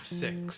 six